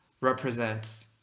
represents